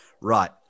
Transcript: Right